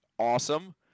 awesome